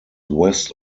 west